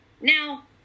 Now